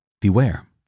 Beware